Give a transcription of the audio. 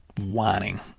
whining